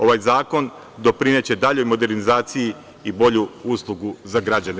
Ovaj zakon doprineće daljoj modernizaciji i bolju uslugu za građane.